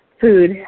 food